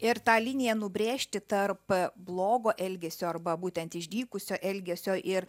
ir tą liniją nubrėžti tarp blogo elgesio arba būtent išdykusio elgesio ir